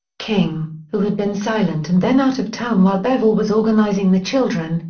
king, who had been silent and then out of town while bevel was organizing the children,